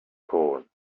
corn